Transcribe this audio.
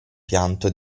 pianto